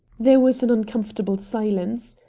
there was an uncomfortable silence.